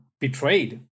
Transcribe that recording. betrayed